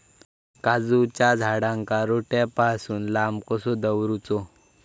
काजूच्या झाडांका रोट्या पासून लांब कसो दवरूचो?